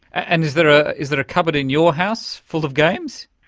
and is there ah is there a cupboard in your house full of games?